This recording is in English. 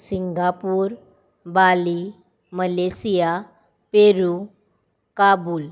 Singapore Bali Malaysia Peru Kabul